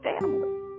family